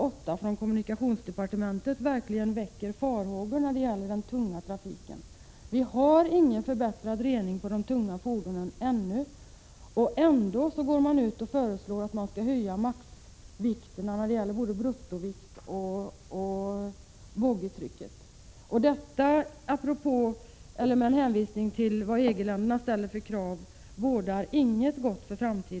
8, avseende kommunikationsdepartementet, verkligen väcker farhågor när det gäller den tunga trafiken. Vi har ännu inga metoder för en förbättrad avgasrening i fråga om de tunga fordonen. Ändå föreslår man en höjning av den maximala vikten både när det gäller bruttovikten och när det gäller boggitrycket. Med tanke på EG-ländernas krav bådar detta inte gott för framtiden.